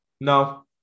No